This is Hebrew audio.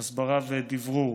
הסברה ודברור.